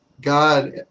God